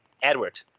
Edward